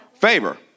favor